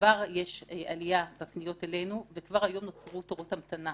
יש עלייה בפניות אלינו וכבר היום נוצרו תורי המתנה